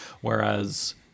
whereas